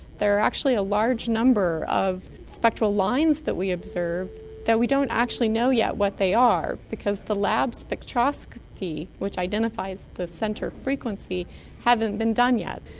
there are actually a large number of spectral lines that we observe that we don't actually know yet what they are because the lab spectroscopy which identifies the centre frequency haven't been done yet.